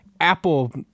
apple